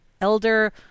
Elder